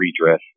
redress